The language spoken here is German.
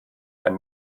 ein